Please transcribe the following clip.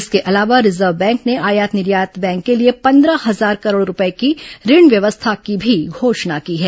इसके अलावा Reserve Bank ने आयात निर्यात बैंक के लिए पंद्रह हजार करोड़ रूपये की ऋण व्यवस्था की भी घोषणा की है